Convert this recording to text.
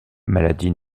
maladie